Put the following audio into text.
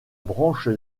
branche